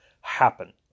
happen